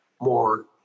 more